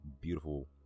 beautiful